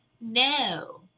no